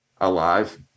Alive